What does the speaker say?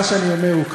מה שאני אומר הוא כך: